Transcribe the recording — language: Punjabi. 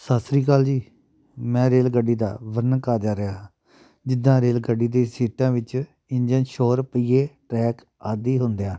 ਸਤਿ ਸ਼੍ਰੀ ਅਕਾਲ ਜੀ ਮੈਂ ਰੇਲ ਗੱਡੀ ਦਾ ਵਰਨਣ ਕਰਨ ਜਾ ਰਿਹਾ ਜਿੱਦਾਂ ਰੇਲ ਗੱਡੀ ਦੀ ਸੀਟਾਂ ਵਿੱਚ ਇੰਜਣ ਸ਼ੋਰ ਪਹੀਏ ਟਰੈਕ ਆਦਿ ਹੁੰਦੇ ਆ